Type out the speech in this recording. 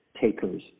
takers